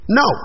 no